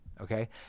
okay